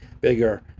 bigger